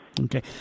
okay